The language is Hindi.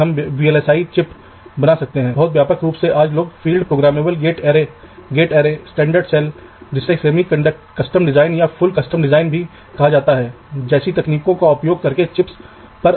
तो पेड़ की जड़ से चौड़ाई व्यापक होगी लेकिन जैसे ही आप लीफ की ओर बढ़ते हैं तार पतले होते चले जायेंगे